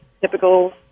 typical